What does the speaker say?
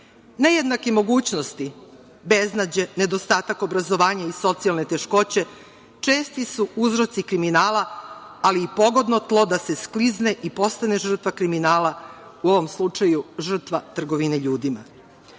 Nejednake mogućnosti, beznađe, nedostatak obrazovanja i socijalne teškoće česti su uzroci kriminala, ali i pogodno tlo da se sklizne i postane žrtva kriminala, u ovom slučaju žrtva trgovine ljudima.